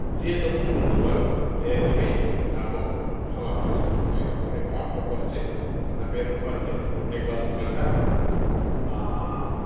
जे जति सोध्नुभयो यतिमै म समाप्त गर्दछु है तपाईँको आफ्नो परिचय भन्दा मेरो परिचय चाहिँ म टेकबहादुर खड्का